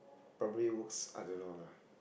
probably works I don't know lah